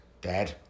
Dad